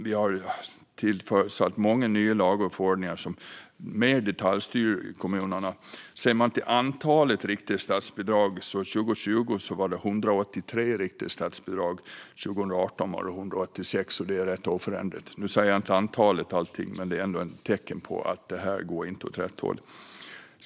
Det har tillkommit många nya lagar och förordningar som detaljstyr kommunerna mer. Antalet riktade statsbidrag 2020 var 183, och 2018 var det 186; det är rätt oförändrat. Antalet säger inte allt, men det är ändå ett tecken på att detta inte går åt rätt håll.